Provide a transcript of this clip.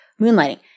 Moonlighting